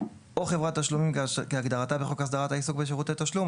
או חברת תשלומים כהגדרתה בחוק הסדרת העיסוק בשירות תשלום,